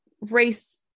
race